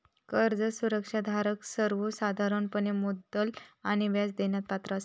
कर्ज सुरक्षा धारक सर्वोसाधारणपणे मुद्दल आणि व्याज देण्यास पात्र असता